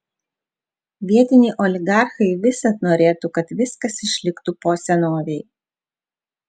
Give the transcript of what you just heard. vietiniai oligarchai visad norėtų kad viskas išliktų po senovei